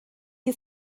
you